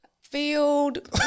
Field